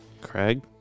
Craig